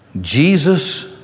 Jesus